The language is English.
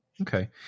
Okay